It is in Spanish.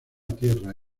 tierra